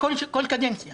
לכלל האזרחים